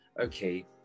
okay